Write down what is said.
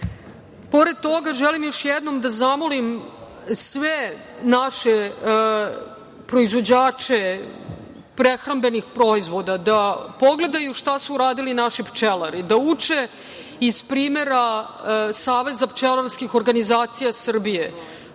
toga, želim još jednom da zamolim sve naše proizvođače prehrambenih proizvoda da pogledaju šta su uradili naši pčelari, da uče iz primera Saveza pčelarskih organizacija Srbije,